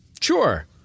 Sure